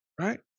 Right